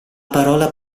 parola